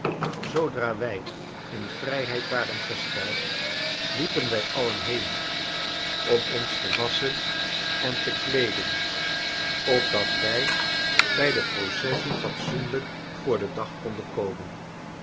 zoodra wij in vrijheid waren gesteld liepen wij alien heen om ons te wasschen en te kleeden opdat wij bij de processie fatsoenlijk voor den dag konden komen